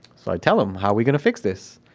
so i tell him, how are we going to fix this?